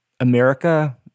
America